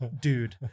dude